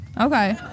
Okay